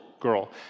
girl